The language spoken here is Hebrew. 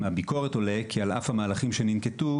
מהביקורת עולה כי על אף המהלכים שננקטו,